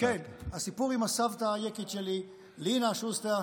הסיפור עם הסבתא היקית שלי, רינה שוסטר,